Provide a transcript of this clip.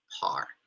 par